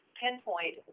pinpoint